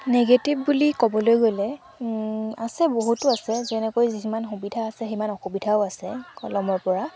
negative বুলি ক'বলৈ গ'লে আছে বহুতো আছে যেনেকৈ যিমান সুবিধা আছে সিমান অসুবিধাও আছে কলমৰপৰা